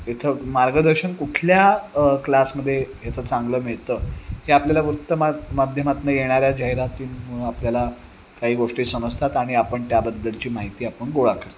इथं मार्गदर्शन कुठल्या क्लासमध्ये याचं चांगलं मिळतं हे आपल्याला वृत्तमा माध्यमातून येणाऱ्या जाहिरातींमुळं आपल्याला काही गोष्टी समजतात आणि आपण त्याबद्दलची माहिती आपण गोळा करतो